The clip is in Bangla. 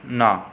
না